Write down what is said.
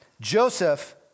Joseph